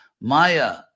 Maya